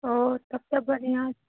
ओ तब तऽ बढ़िआँ छै